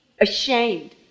ashamed